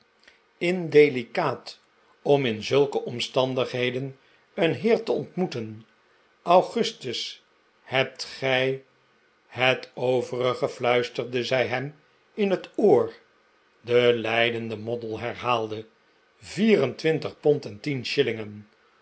zoo indelicaat om in zulke omstandigheden een heer te ontmoeten augustus hebt gij het overige fluisterde zij hem in het oor de lijdende moddle herhaalde vier en twintig pond en tien shillingen